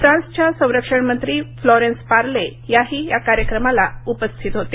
फ्रान्सच्या संरक्षण मंत्री फ्लॉरेन्स पार्ले याही या कार्यक्रमाला उपस्थित होत्या